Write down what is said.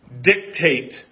dictate